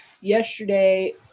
yesterday